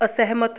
ਅਸਹਿਮਤ